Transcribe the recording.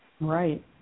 Right